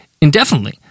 indefinitely